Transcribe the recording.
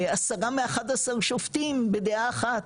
עשרה מ- 11 שופטים בדעה אחת,